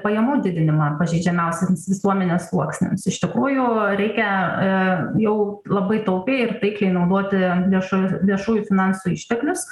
pajamų didinimą pažeidžiamiausiems visuomenės sluoksniams iš tikrųjų reikia jau labai taupiai ir taikliai naudoti viešu viešųjų finansų išteklius